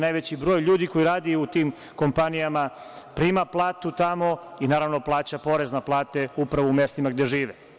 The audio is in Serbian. Najveći broj ljudi koji radi u tim kompanijama prima platu tamo i naravno, plaća porez na plate, upravo u mestima gde žive.